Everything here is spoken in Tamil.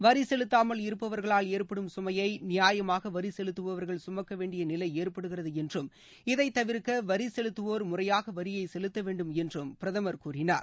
வரி செலுத்தாமல் இருப்பவர்களால் ஏற்படும் சுமையை நியாயமாக வரி செலுத்துபவர்கள் சுமக்க வேண்டி நிலை ஏற்படுகிறது என்றும் இதை தவிர்கக வரி செலுத்துவோர் முறையாக வரியை செலுத்த வேண்டும் என்றும் பிரதமர் கூறினார்